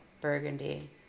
Burgundy